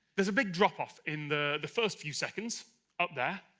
there's a big drop-off in the. the first few seconds up there,